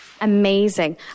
Amazing